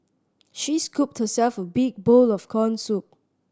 she scooped herself a big bowl of corn soup